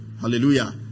hallelujah